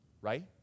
right